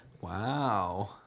Wow